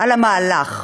על המהלך.